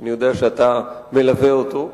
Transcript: שאני יודע שאתה מלווה אותו.